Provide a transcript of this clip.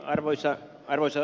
arvoisa puhemies